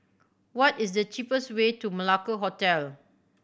what is the cheapest way to Malacca Hotel